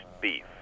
beef